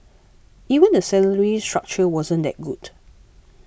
even the salary structure wasn't that good